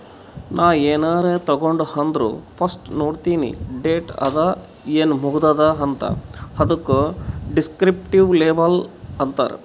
ನಾ ಏನಾರೇ ತಗೊಂಡ್ ಅಂದುರ್ ಫಸ್ಟ್ ನೋಡ್ತೀನಿ ಡೇಟ್ ಅದ ಏನ್ ಮುಗದೂದ ಅಂತ್, ಅದುಕ ದಿಸ್ಕ್ರಿಪ್ಟಿವ್ ಲೇಬಲ್ ಅಂತಾರ್